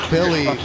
Billy